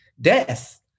death